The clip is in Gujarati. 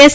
એસ